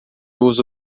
usa